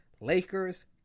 Lakers